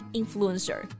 influencer。